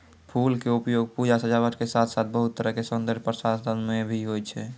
फूल के उपयोग पूजा, सजावट के साथॅ साथॅ बहुत तरह के सौन्दर्य प्रसाधन मॅ भी होय छै